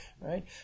Right